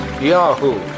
Yahoo